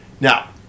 Now